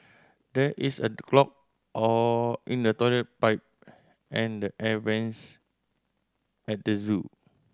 there is a clog or in the toilet pipe and the air vents at the zoo